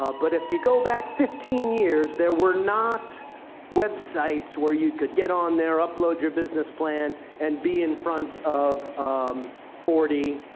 ah but if you go back fifteen years, there were not websites where you could get on there, upload your business plan, and be in front of um forty,